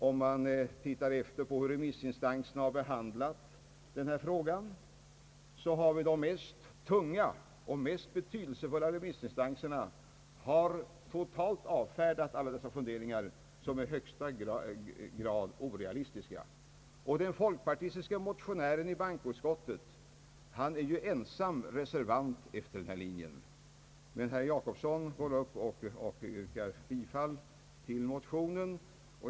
Om man granskar hur remissinstanserna behandlat frågan finner man att de tyngst vägande och betydelsefullaste av dessa instanser totalt har avfärdat alla dessa funderingar som i högsta grad orealistiska. Den folkpartistiske motionären är ensam reservant i bankout skottet efter denna linje. Men herr Jacobsson yrkar här bifall till motionen.